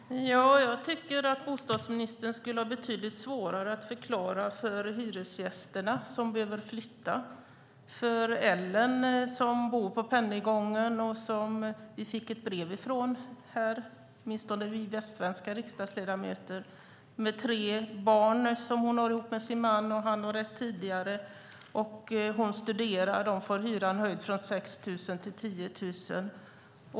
Herr talman! Jag tycker att bostadsministern skulle ha betydligt svårare att ge en förklaring till hyresgästerna som behöver flytta, för Ellen som bor på Pennygången och som vi fick ett brev från, åtminstone vi västsvenska riksdagsledamöter. Hon bor där med tre barn som hon har med sin man, och han har ett tidigare. Hon studerar. De får hyran höjd från 6 000 till 10 000.